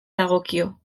dagokio